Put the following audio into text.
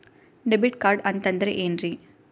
Debit card ಅಂತಂದ್ರೆ ಏನ್ರೀ?